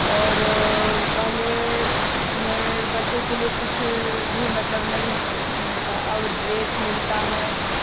और पहले बच्चे के लिए कुछ भी मतलब नहीं स्कीम में था अब ड्रेस मिलता है